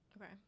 Okay